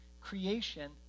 creation